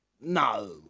no